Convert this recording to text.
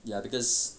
ya because